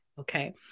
Okay